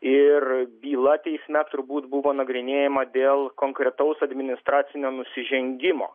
ir byla teisme turbūt buvo nagrinėjama dėl konkretaus administracinio nusižengimo